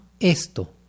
esto